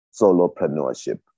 Solopreneurship